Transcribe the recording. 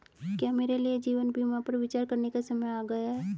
क्या मेरे लिए जीवन बीमा पर विचार करने का समय आ गया है?